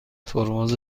ترمز